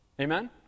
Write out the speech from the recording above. Amen